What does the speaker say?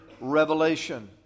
revelation